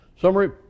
Summary